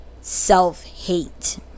self-hate